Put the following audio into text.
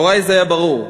להורי זה היה ברור,